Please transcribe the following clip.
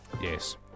Yes